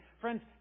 friends